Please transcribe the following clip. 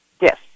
Yes